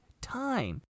time